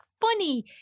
funny